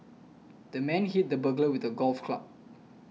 the man hit the burglar with a golf club